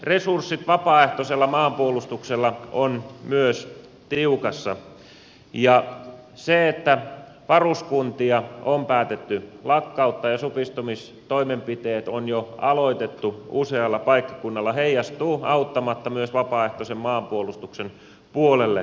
resurssit vapaaehtoisella maanpuolustuksella ovat myös tiukassa ja se että varuskuntia on päätetty lakkauttaa ja supistamistoimenpiteet on jo aloitettu usealla paikkakunnalla heijastuu auttamatta myös vapaaehtoisen maanpuolustuksen puolelle